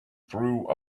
through